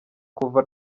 kuva